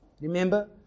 Remember